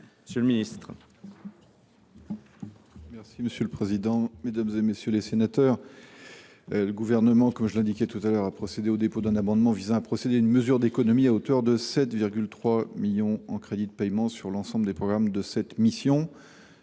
Monsieur le ministre,